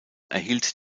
erhielt